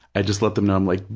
i just let them know, i'm like,